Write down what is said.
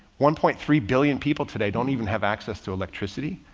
one point three billion people today don't even have access to electricity.